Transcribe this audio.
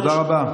תודה רבה.